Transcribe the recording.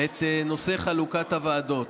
את נושא חלוקת הוועדות.